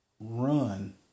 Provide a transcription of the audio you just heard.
run